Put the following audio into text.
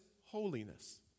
holiness